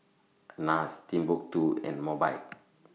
Nars Timbuk two and Mobike